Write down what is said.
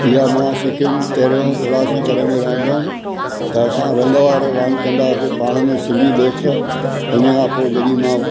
इहा मां सिखी हुई पहिरियों उल्हासनगर में रहंदो हुयुमि त असां रंग वारो रांदि कंदा हुआसीं पाण में सिंधी दोस्त उनखां पोइ जॾहिं मां